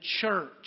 church